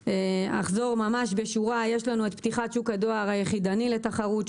אחזור בקצרה: יש לנו את פתיחת שוק הדואר היחידני לתחרות,